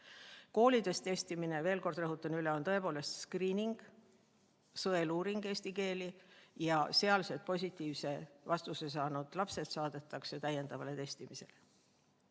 Koolides testimine, veel kord rõhutan üle, on tõepoolest skriining, sõeluuring eesti keeli, ja seal positiivse vastuse saanud lapsed saadetakse täiendavale testimisele.